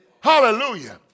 Hallelujah